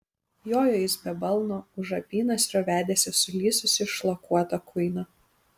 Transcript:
jojo jis be balno už apynasrio vedėsi sulysusį šlakuotą kuiną